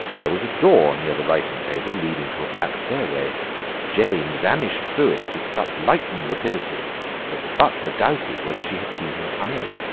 there was a door near the writing-table leading to a back stairway jane vanished through it with such lightning rapidity that the butler doubted whether she had seen him come in.